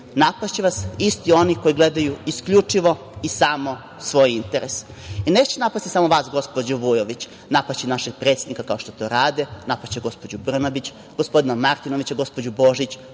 Napašće vas isti oni koji gledaju isključivo i samo svoje interese. Neće napasti samo vas, gospođo Vujović, napašće i našeg predsednika, kao što to rade, napašće gospođu Brnabić, gospodina Martinovića, gospođu Božić,